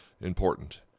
important